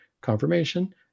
confirmation